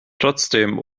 trotzdem